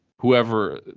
whoever